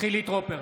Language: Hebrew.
חילי טרופר,